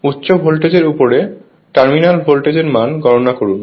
উচ্চ ভোল্টেজের উপরে টার্মিনাল ভোল্টেজের মান গণনা করুন